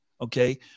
Okay